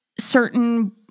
certain